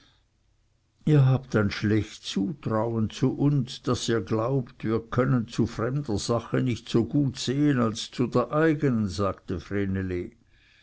ihr habt ein schlecht zutrauen zu uns daß ihr glaubt wir können zu fremder sache nicht so gut sehen als zu der eigenen sagte vreneli